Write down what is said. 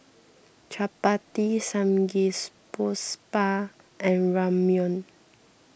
Chapati and Ramyeon